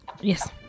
Yes